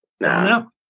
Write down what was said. No